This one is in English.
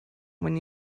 when